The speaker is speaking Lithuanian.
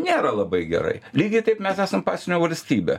nėra labai gerai lygiai taip mes esam pasienio valstybė